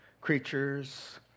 creatures